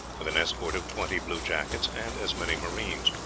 with an escort of twenty bluejackets and as many marines.